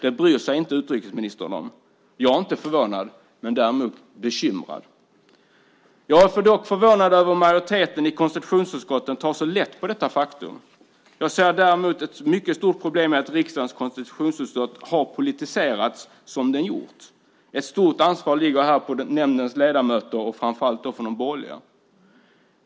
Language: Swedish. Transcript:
Det bryr sig utrikesministern inte om. Jag är inte förvånad. Däremot är jag bekymrad. Dock är jag förvånad över att majoriteten i konstitutionsutskottet tar så lätt på detta faktum. Därmed ser jag ett mycket stort problem i att riksdagens konstitutionsutskott har politiserats så som skett. Ett stort ansvar ligger här på nämndens ledamöter, framför allt de borgerliga ledamöterna.